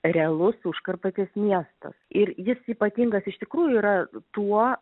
realus užkarpatės miestas ir jis ypatingas iš tikrųjų yra tuo